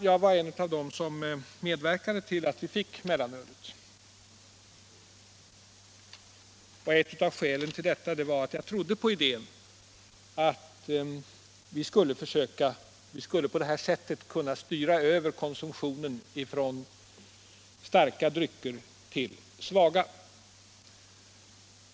Jag var en av dem som medverkade till att vi fick mellanölet. Ett av skälen till det var att jag trodde på idén att vi på detta sätt skulle kunna styra över konsumtionen från starka till svaga drycker.